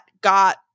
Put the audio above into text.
got